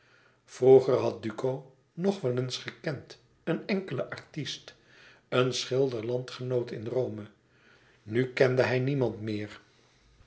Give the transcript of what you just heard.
vroeger had duco nog wel eens gekend een enkelen artist een schilder landgenoot in rome nu kende hij niemand meer